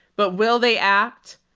but will they act?